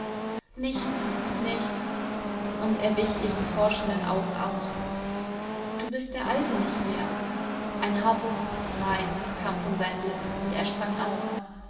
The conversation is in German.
nichts nichts und er wich ihren forschenden augen aus du bist der alte nicht mehr ein hartes nein kam von seinen lippen und er sprang auf